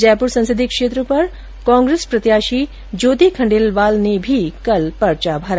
जयपुर संसदीय क्षेत्र पर कांग्रेस प्रत्याशी ज्योति खंडेलवाल ने भी कल पर्चा भरा